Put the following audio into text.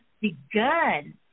begun